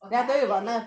okay I got it